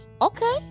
Okay